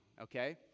okay